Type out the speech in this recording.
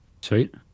Sweet